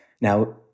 Now